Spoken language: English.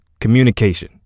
Communication